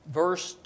verse